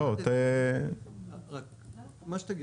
מה שתגידו.